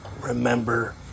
Remember